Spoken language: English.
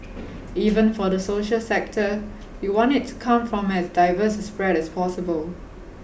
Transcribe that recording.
even for the social sector we want it to come from as diverse a spread as possible